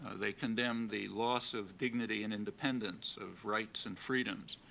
they condemn the loss of dignity and independence of rights and freedoms,